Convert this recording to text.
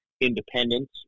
independence